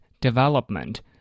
development